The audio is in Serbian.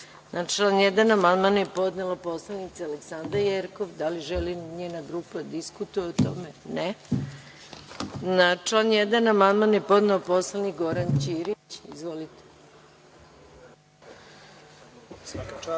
član 1. amandman je podneo poslanica Aleksandra Jerkov. Da li želi njena grupa da diskutuje o tome? (Ne.)Na član 1. amandman je podneo narodni poslanik Goran Ćirić. Izvolite.